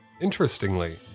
Interestingly